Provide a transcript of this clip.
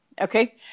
okay